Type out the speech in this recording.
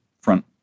front